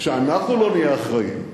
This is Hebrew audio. כשאנחנו לא נהיה אחראים לריבונות,